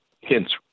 hints